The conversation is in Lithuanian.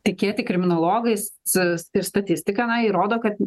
tikėti kriminologais s ir statistika na ji rodo kad